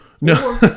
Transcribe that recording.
No